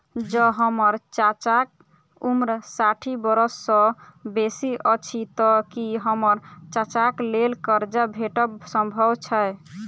जँ हम्मर चाचाक उम्र साठि बरख सँ बेसी अछि तऽ की हम्मर चाचाक लेल करजा भेटब संभव छै?